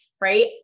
right